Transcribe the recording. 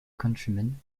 countryman